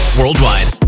worldwide